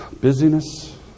busyness